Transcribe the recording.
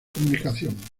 comunicación